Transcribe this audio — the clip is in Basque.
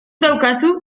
daukazu